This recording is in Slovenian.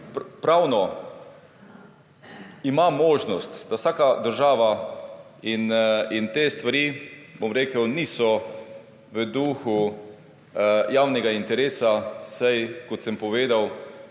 pravno ima možnost, da vsaka država in te stvari, bom rekel, niso v duhu javnega interesa, saj kot sem povedal,